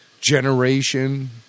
generation